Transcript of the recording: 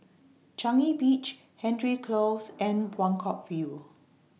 Changi Beach Hendry Close and Buangkok View